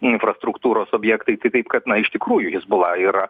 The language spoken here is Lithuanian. infrastruktūros objektai taip kad na iš tikrųjų hizbula yra